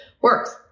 works